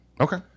Okay